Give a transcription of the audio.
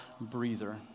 breather